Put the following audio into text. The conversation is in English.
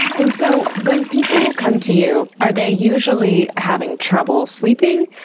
and so when people come to you, are they usually having trouble sleeping?